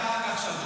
רק בלייב.